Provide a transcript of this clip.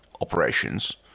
operations